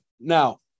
Now